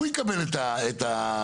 הוא יקבל את הצעקות,